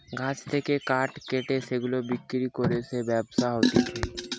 গাছ থেকে কাঠ কেটে সেগুলা বিক্রি করে যে ব্যবসা হতিছে